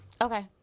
Okay